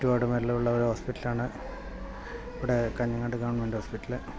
ചുറ്റുപാടുമെല്ലാമുള്ള ഹോസ്പിറ്റലാണ് ഇവിടെ Kanhangad government hospital